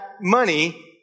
money